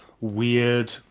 weird